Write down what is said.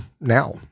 now